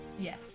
Yes